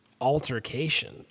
altercation